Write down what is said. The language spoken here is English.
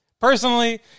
personally